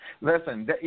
Listen